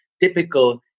typical